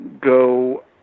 go